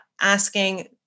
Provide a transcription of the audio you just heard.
asking